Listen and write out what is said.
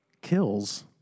kills